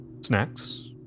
snacks